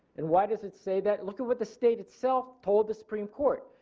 and why does it say that. look at what the state itself told the supreme court.